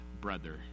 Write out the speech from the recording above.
brother